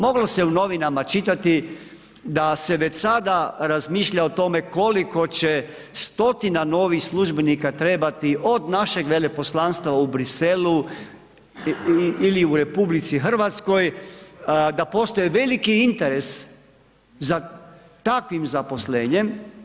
Moglo se u novinama čitati da se već sada razmišlja o tome koliko će stotina novih službenika trebati od našeg veleposlanstva u Briselu ili u RH da postoje veliki interes za takvim zaposlenjem.